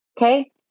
okay